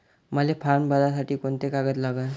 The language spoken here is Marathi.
मले फारम भरासाठी कोंते कागद लागन?